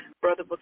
Brother